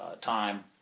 time